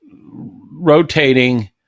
rotating